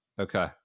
Okay